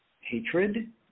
hatred